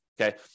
okay